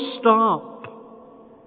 stop